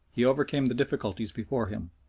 he overcame the difficulties before him.